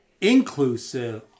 inclusive